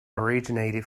originated